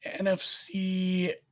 NFC